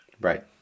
Right